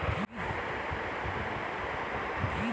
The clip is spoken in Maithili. रे बुढ़ारी लेल एकटा अटल पेंशन योजना मे खाता खोलबाए ले ना